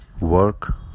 work